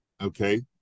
okay